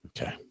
okay